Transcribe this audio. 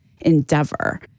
endeavor